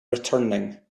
returning